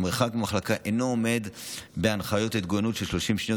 המרחק מהמחלקה אינו עומד בהנחיות ההתגוננות של 30 שניות,